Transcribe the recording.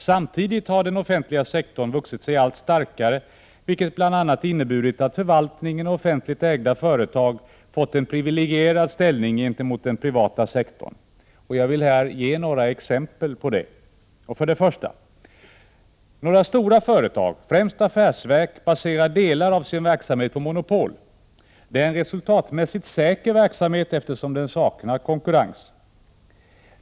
Samtidigt har den offentliga sektorn vuxit sig allt starkare, vilket bl.a. har inneburit att förvaltningen och offentligt ägda företag fått en privilegierad ställning gentemot den privata sektorn. Jag vill här ge några exempel på detta. 1. Några stora företag, främst affärsverk, baserar delar av sin verksamhet på monopol. Det är en resultatmässigt säker verksamhet, eftersom den saknar konkurrens.